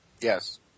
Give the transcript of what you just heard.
Yes